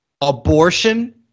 abortion